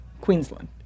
Queensland